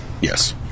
Yes